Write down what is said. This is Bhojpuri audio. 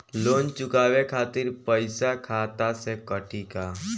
लोन चुकावे खातिर पईसा खाता से कटी का?